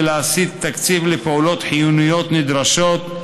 להסיט תקציב לפעולות חיוניות נדרשות,